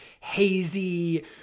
hazy